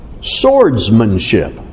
Swordsmanship